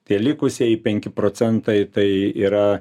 tie likusieji penki procentai tai yra